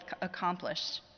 accomplished